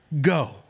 Go